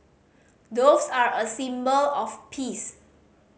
doves are a symbol of peace